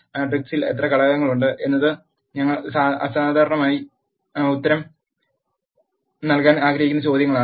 മാട്രിക്സിൽ എത്ര ഘടകങ്ങൾ ഉണ്ട് എന്നത് ഞങ്ങൾ സാധാരണയായി ഉത്തരം നൽകാൻ ആഗ്രഹിക്കുന്ന ചോദ്യങ്ങളാണ്